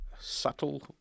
subtle